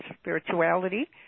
Spirituality